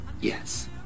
Yes